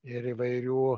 ir įvairių